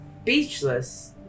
speechless